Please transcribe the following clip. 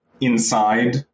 inside